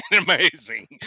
amazing